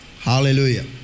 Hallelujah